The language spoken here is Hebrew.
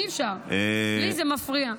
אי-אפשר, לי זה מפריע.